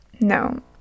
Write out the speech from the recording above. No